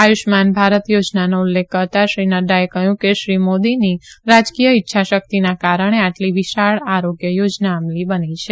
આયુષ્માન ભારત યોજનાનો ઉલ્લેખ કરતાં શ્રી નડૃએ કહ્યું કે શ્રી મોદીની રાજકીય ઈચ્છાશકિતના કારણે આટલી વિશાળ આરોગ્ય યોજના અમલી બની છે